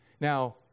Now